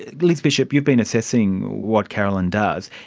liz bishop, you've been assessing what carolyn does.